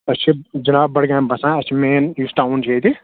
أسۍ چھِ جِناب بَڑگامہِ بَسان أسۍ چھِ مین یُس ٹاوُن چھُ ییٚتہِ